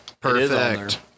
perfect